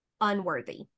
unworthy